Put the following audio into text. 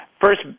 first